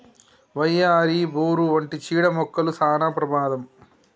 వయ్యారి, బోరు వంటి చీడ మొక్కలు సానా ప్రమాదం